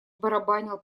барабанил